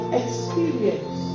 experience